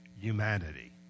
humanity